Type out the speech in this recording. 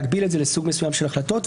לשקול להגביל את זה לסוג מסוים של החלטות.